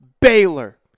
Baylor